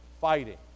fighting